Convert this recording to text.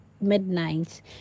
midnight